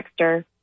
texter